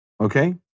okay